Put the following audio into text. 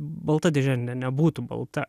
balta dėžė ne nebūtų balta